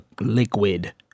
liquid